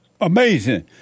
Amazing